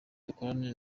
dukorane